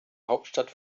hauptstadt